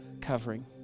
covering